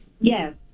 Yes